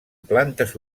plantes